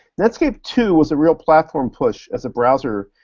netscape two was a real platform push as a browser.